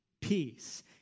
peace